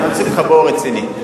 אני אציג אותך באור רציני.